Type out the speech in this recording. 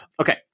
Okay